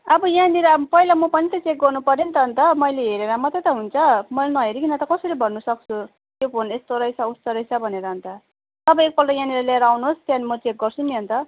अब यहाँनिर अब पहिला म पनि त चेक गर्नुपऱ्यो नि त अन्त मैले हेरेर मात्रै त हुन्छ मैले नहेरिकन त कसरी भन्नसक्छु त्यो फोन यस्तो रहेछ उस्तो रहेछ भनेर अन्त तपाईँ एकपल्ट यहाँनिर लिएर आउनुहोस् त्यहाँदेखि म चेक गर्छु नि अन्त